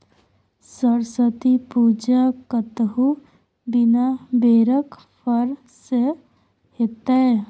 सरस्वती पूजा कतहु बिना बेरक फर सँ हेतै?